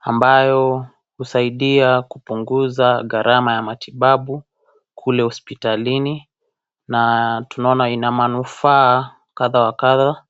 ambayo husaidia kupunguza garama ya matibabu kule hospitalini na tunaona ina manufaa kadha wa kadha.